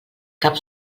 cap